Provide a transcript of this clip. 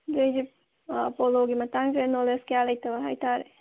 ꯑꯗꯨ ꯑꯩꯁꯦ ꯄꯣꯂꯣꯒꯤ ꯃꯇꯥꯡꯁꯦ ꯅꯣꯂꯦꯖ ꯀꯌꯥ ꯂꯩꯇꯕ ꯍꯥꯏꯇꯔꯦ